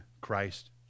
Christ